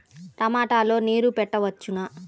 టమాట లో నీరు పెట్టవచ్చునా?